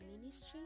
Ministry